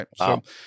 right